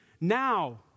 now